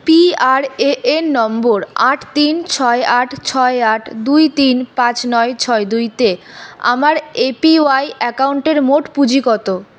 PRAN নম্বর আট তিন ছয় আট ছয় আট দুই তিন পাঁচ নয় ছয় দুইতে আমার এপিওয়াই অ্যাকাউন্টের মোট পুঁজি কত